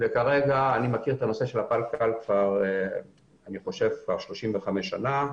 כרגע אני מכיר את הנושא של הפלקל כבר 35 שנה.